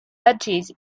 budgies